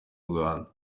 rwanda